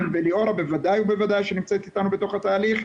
וליאורה בוודאי ובוודאי שנמצאת איתנו בתוך התהליך,